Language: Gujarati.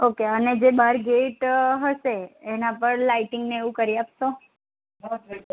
ઓકે અને જે બાર ગેટ હસે એના પર લાઇટિંગ ને એવું કરી આપસો